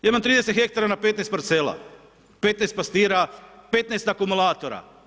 Ja imam 30 hektara na 15 parcela, 15 pastira, 15 akumulatora.